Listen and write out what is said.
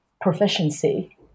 proficiency